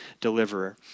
deliverer